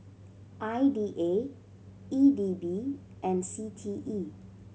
I D A E D B and C T E